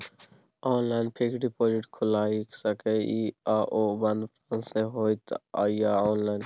Online fixed deposit खुईल सके इ आ ओ बन्द ब्रांच स होतै या ऑनलाइन?